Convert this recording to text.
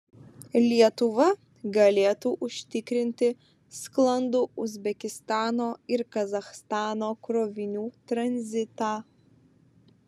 lietuva galėtų užtikrinti sklandų uzbekistano ir kazachstano krovinių tranzitą